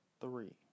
three